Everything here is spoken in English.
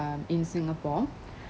um in singapore